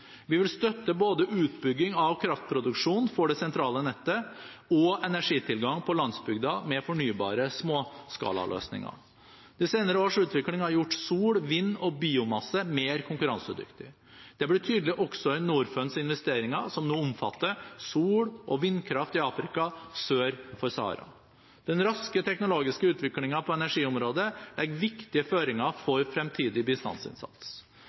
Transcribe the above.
Vi vil støtte både utbygging av kraftproduksjon for det sentrale nettet og energitilgang på landsbygda med fornybare småskalaløsninger. De senere års utvikling har gjort sol, vind og biomasse mer konkurransedyktig. Det blir tydelig også i Norfunds investeringer, som nå omfatter sol- og vindkraft i Afrika sør for Sahara. Den raske teknologiske utviklingen på energiområdet legger viktige føringer for fremtidig bistandsinnsats.